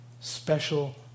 special